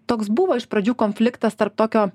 toks buvo iš pradžių konfliktas tarp tokio